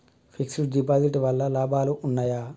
Fix డ్ deposit వల్ల లాభాలు ఉన్నాయి?